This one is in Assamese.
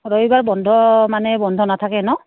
ৰবিবাৰ বন্ধ মানে বন্ধ নাথাকে ন